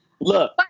Look